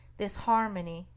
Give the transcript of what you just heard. this harmony,